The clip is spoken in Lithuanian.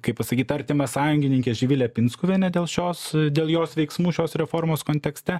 kaip pasakyt artimą sąjungininkę živilę pinskuvienę dėl šios dėl jos veiksmų šios reformos kontekste